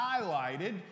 highlighted